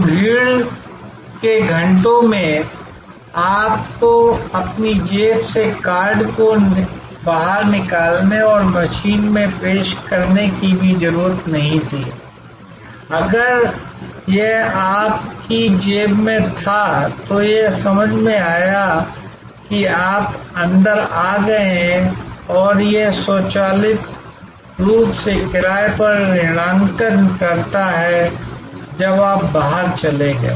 तो भीड़ के घंटों में आपको अपनी जेब से कार्ड को बाहर निकालने और मशीन में पेश करने की भी ज़रूरत नहीं थी अगर यह आपकी जेब में था तो यह समझ में आया कि आप अंदर आ गए हैं और यह स्वचालित रूप से किराए पर ऋणांकन करता है जब आप बाहर चले गए